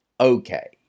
Okay